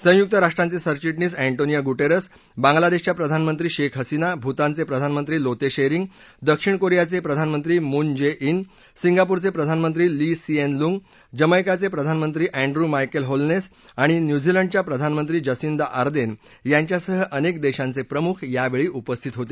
संयुक राष्ट्रांचे सरविटणीस अँटोनियो गुटेरस बांगला देशच्या प्रधानमंत्री शेख हसीना भूतानचे प्रधानमंत्री लोते शेरींग दक्षिण कोरियाचे प्रधानमंत्री मून जे इन सिंगापूरचे प्रधानमंत्री ली सिएन लूंग जमैकाचे प्रधानमंत्री अँडू मायकेल होलनेस आणि न्यूझीलंडच्या प्रधानमंत्री जसिंदा आर्देन यांच्यासह अनेक देशांचे प्रमुख यावेळी उपस्थित होते